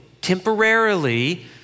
temporarily